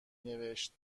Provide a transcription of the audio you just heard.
نوشت